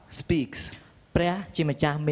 speaks